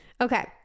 Okay